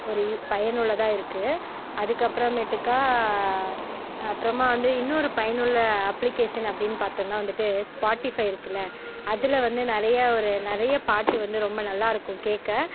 ஒரு யு பயனுள்ளதாக இருக்குது அதுக்கப்புறமேட்டுக்கா அப்புறமா வந்து இன்னொரு பயனுள்ள அப்ளிக்கேஷன் அப்படின்னு பார்த்தோன்னா வந்துட்டு ஸ்பாட்டிஃபை இருக்கில்ல அதில் வந்து நெறையா ஒரு நிறையப் பாட்டு வந்து ரொம்ப நல்லா இருக்கும் கேட்க